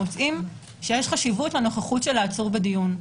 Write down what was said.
מוצאים שיש חשיבות לנוכחות של העצור בדיון.